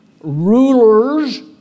rulers